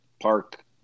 Park